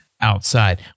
outside